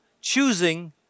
choosing